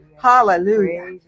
Hallelujah